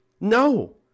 No